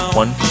one